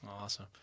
Awesome